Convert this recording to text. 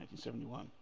1971